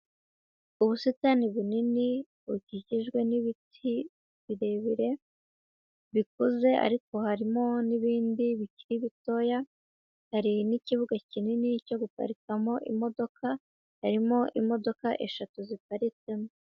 Ubusitani bunini bukikijwe n'ibiti birebire bikuze ariko harimo n'ibindi bikiri bitoya, hari n'ikibuga kinini cyo guparikamo imodoka, harimo imodoka eshatu ziparitsemo.